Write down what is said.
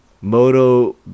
Moto